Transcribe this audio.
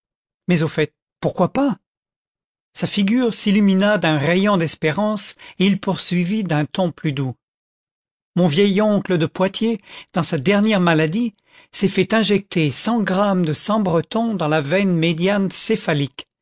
mais au fait pourquoi pas content from google book search generated at sa figure s'illumina d'un rayon d'espérance et il poursuivit d'un ton plus doux mon vieil oncle de poitiers dans sa dernière maladie s'est fait injecter cent grammes de sans breton dans la veine médiane céphali